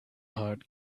heart